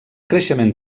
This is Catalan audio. creixement